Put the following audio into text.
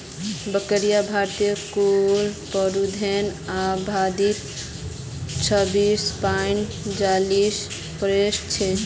बकरियां भारतत कुल पशुधनेर आबादीत छब्बीस पॉइंट चालीस परसेंट छेक